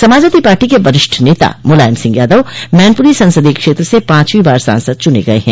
Samajwadi party के वरिष्ठ नेता मुलायम सिंह यादव मैनपुरी संसदीय क्षेत्र से पांचवीं बार सांसद चुने गये हैं